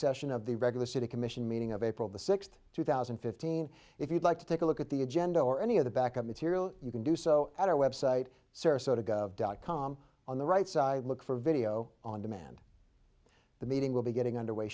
session of the regular city commission meeting of april the sixth two thousand and fifteen if you'd like to take a look at the agenda or any of the back of material you can do so at our website sarasota dot com on the right side look for video on demand the meeting will be getting underway